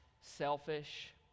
selfish